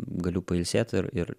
galiu pailsėt ir ir